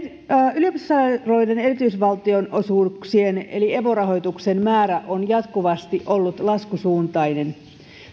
yliopistosairaaloiden erityisvaltionosuuksien eli evo rahoituksen määrä on jatkuvasti ollut laskusuuntainen